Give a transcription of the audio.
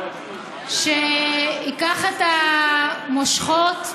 שייקח את המושכות,